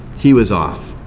he was off,